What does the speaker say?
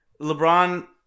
LeBron